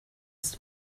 ist